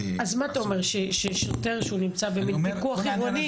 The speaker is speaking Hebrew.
אז אתה אומר ששוטר שנמצא בפיקוח עירוני